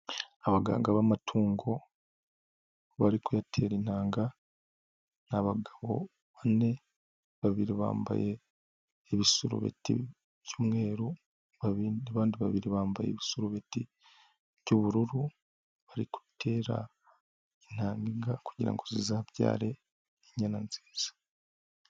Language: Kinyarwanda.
Abaganga b'amatungo bari kuyatera intanga, ni abagabo bane babiri bambaye ibisurubeti by'umweru n'abandi babiri bambaye ibisarubeti by'ubururu bari gutera intanga inka kugira ngo zizabyare inyana nziza.